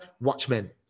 watchmen